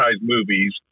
movies